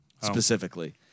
specifically